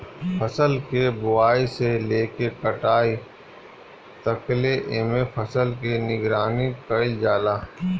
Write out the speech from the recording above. फसल के बोआई से लेके कटाई तकले एमे फसल के निगरानी कईल जाला